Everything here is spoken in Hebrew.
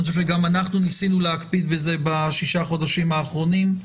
אני חושב שגם אנחנו ניסינו להקפיד על זה בשישה החודשים האחרונים,